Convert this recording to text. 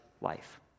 life